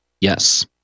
Yes